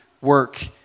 work